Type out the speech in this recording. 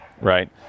right